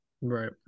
right